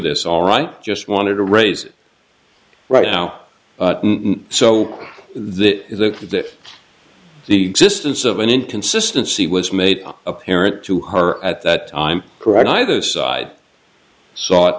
this all right i just wanted to raise it right now so this is the the existence of an inconsistency was made apparent to her at that time correct either side sought